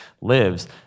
lives